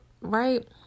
Right